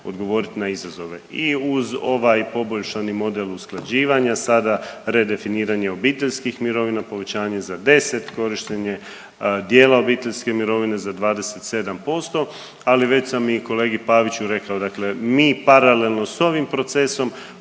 odgovoriti na izazove i uz ovaj poboljšani model usklađivanja sada redefiniranje obiteljskih mirovina, povećanje za 10, korištenje dijela obiteljske mirovine za 27%. Ali već sam i kolegi Paviću rekao, dakle mi paralelno sa ovim procesom